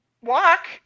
walk